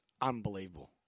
unbelievable